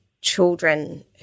children